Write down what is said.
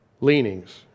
leanings